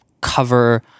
cover